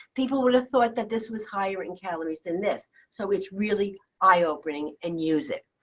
people would have thought that this was higher in calories than this, so it's really eye opening and use it.